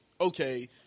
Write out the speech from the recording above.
okay